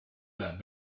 that